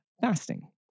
fasting